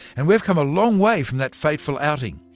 and we've come a long way from that fateful outing.